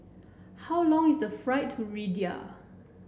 how long is the flight to Riyadh